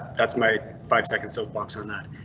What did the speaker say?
that's my five second soapbox on that